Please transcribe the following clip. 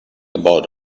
about